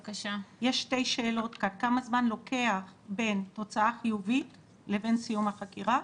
יש שתי שאלות: כמה זמן לוקח בין תוצאה חיובית לבין סיום החקירה,